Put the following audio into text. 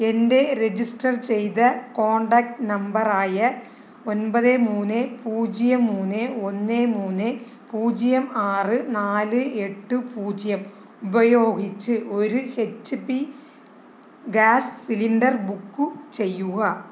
എൻ്റെ രജിസ്റ്റർ ചെയ്ത contact number ആയ ഒൻപത് മൂന്ന് പൂജ്യം മൂന്ന് ഒന്ന് മൂന്ന് പൂജ്യം ആറ് നാല് എട്ട് പൂജ്യം ഉപയോഗിച്ച് ഒരു H P gas cylinder book ചെയ്യുക